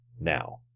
Now